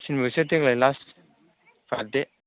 तिन बोसोर देग्लाय लास्ट बार्थडे